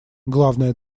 главная